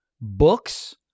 books